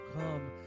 come